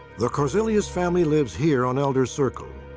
the korzilius family lives here on elder circle.